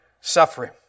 suffering